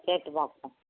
கேட்டுப் பார்க்கறேன்